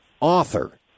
Author